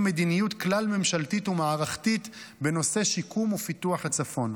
מדיניות כלל-ממשלתית ומערכתית בנושא שיקום ופיתוח הצפון.